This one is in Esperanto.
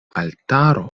altaro